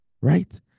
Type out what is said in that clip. right